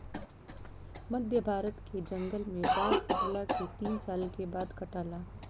मध्य भारत के जंगल में बांस फुटला के तीन साल के बाद काटाला